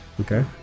Okay